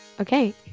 Okay